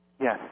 yes